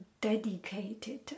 dedicated